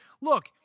Look